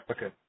Okay